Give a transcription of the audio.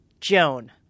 Joan